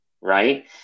right